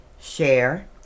share